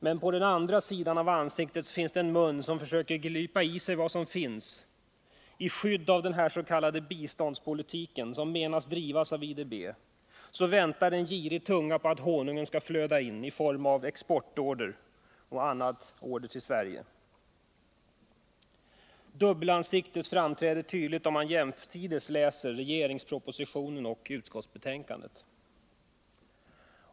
Men på den andra sidan av ansiktet finns det en mun som försöker glupa i sig vad som finns. I skydd av den s.k. biståndspolitiken, som man påstår att IDB driver, väntar en girig tunga på att honungen skall flöda in i form av exportorder och andra order till Sverige. Dubbelansiktet framträder tydligt, om man jämför regeringspropositionen och utskottsbetänkandet.